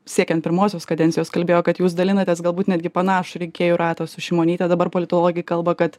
siekiant pirmosios kadencijos kalbėjo kad jūs dalinatės galbūt netgi panašų rinkėjų ratą su šimonytę dabar politologai kalba kad